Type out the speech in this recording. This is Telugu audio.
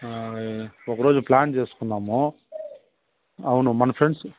ఆ ఒక రోజు ప్లాన్ చేసుకుందాము అవును మన ఫ్రెండ్స